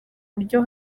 buryo